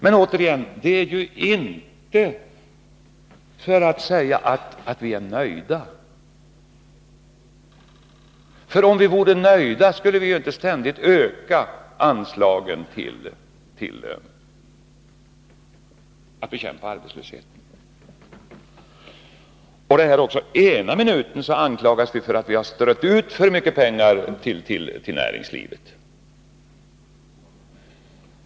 Men återigen: Vi är inte ute efter att säga att vi är nöjda — om vi vore nöjda skulle vi ju inte ständigt öka anslagen när det gäller att bekämpa arbetslösheten. Ena minuten anklagas vi för att ha strött ut för mycket pengar till näringslivet.